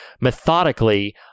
methodically